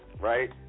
right